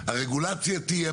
הרגולציה תהיה